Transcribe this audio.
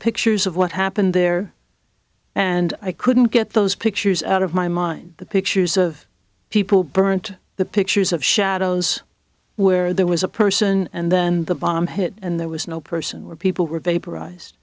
pictures of what happened there and i couldn't get those pictures out of my mind the pictures of people burnt the pictures of shadows where there was a person and then the bomb hit and there was no person where people were vapor